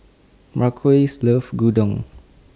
Marquise loves Gyudon